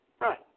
Right